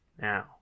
now